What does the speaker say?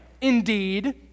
indeed